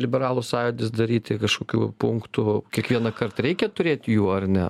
liberalų sąjūdis daryti kažkokių punktų kiekvienąkart reikia turėti jų ar ne